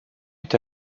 est